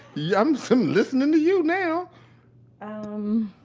yeah i'm so um listening to you now um,